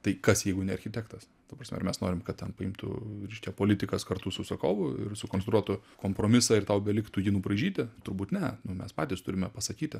tai kas jeigu ne architektas ta prasme ar mes norim kad ten paimtų reiškia politikas kartu su užsakovu ir sukonstruotų kompromisą ir tau beliktų jį nubraižyti turbūt ne mes patys turime pasakyti